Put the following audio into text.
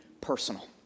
personal